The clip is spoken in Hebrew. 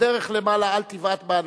בדרך למעלה אל תבעט באנשים,